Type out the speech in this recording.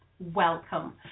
Welcome